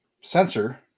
sensor